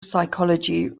psychology